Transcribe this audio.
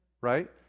Right